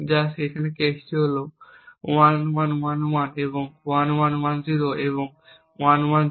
যা এই কেসটি হল 1111 1110 এবং 1101